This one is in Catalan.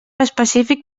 específic